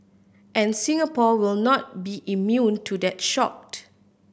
and Singapore will not be immune to that shocked